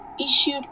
issued